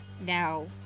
Now